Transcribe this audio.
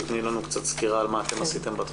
תני לנו קצת סקירה על מה אתם עשיתם בתחום.